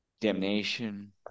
Damnation